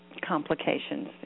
complications